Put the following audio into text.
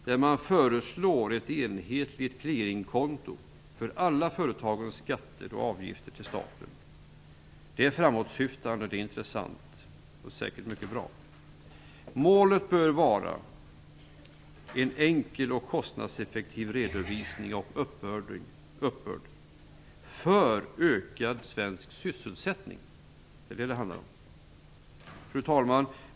Kommittén föreslår ett enhetligt "clearingkonto" för alla företagens skatter och avgifter till staten. Detta är framåtsyftande, intressant och säkert mycket bra. Målet bör vara en enkel och kostnadseffektiv redovisning och uppbörd för att därigenom öka svensk sysselsättning. Det är vad det handlar om. Fru talman!